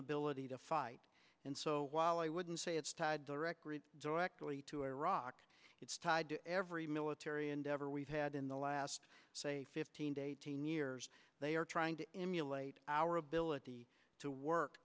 ability to fight and so while i wouldn't say it's tied directly directly to iraq it's tied to every military endeavor we've had in the last say fifteen to eighteen years they are trying to emulate our ability to work